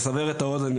לסבר את האוזן,